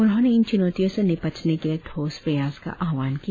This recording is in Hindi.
उन्होंने इन चुनौतियों से निपटने के लिए ठोस प्रसास का आह्वान किया